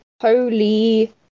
Holy